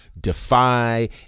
Defy